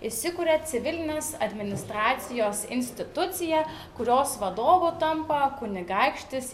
įsikuria civilinės administracijos institucija kurios vadovu tampa kunigaikštis